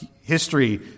history